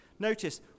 Notice